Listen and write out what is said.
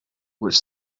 which